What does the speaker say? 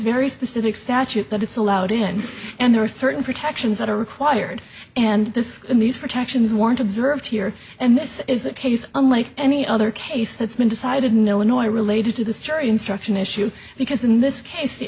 very specific statute that it's allowed in and there are certain protections that are required and this these protections warrant observed here and this is a case unlike any other case that's been decided no annoy related to this jury instruction issue because in this case the